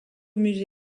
musées